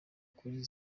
kuri